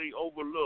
overlook